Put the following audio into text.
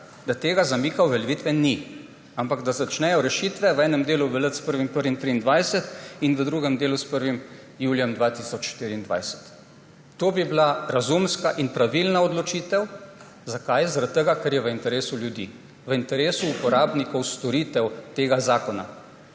da tega zamika uveljavitve ni, ampak da začnejo rešitve v enem delu veljati s 1. 1. 2023 in v drugem delu s 1. julijem 2024. To bi bila razumska in pravilna odločitev. Zakaj? Zaradi tega ker je v interesu ljudi, v interesu uporabnikov storitev tega zakona.